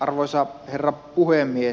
arvoisa herra puhemies